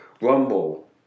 Rumble